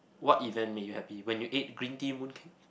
what event made you happy when you ate green tea mooncake